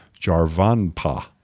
Jarvanpa